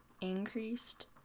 increased